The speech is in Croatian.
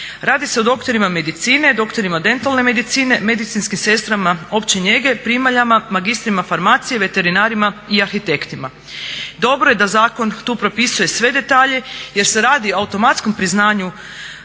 Radi se o doktorima medicine, doktorima dentalne medicine, medicinskim sestrama opće njege, primaljama, magistrima farmacije, veterinarima i arhitektima. Dobro je da zakon tu propisuje sve detalje jer se radi o automatskom priznanju